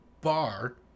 bar